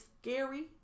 scary